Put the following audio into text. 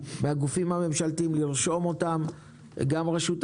גם רשות החדשנות,